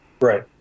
Right